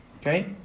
Okay